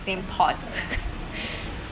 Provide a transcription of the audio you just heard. same pot